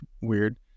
weird